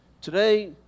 Today